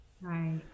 Right